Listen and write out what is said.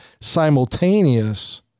simultaneous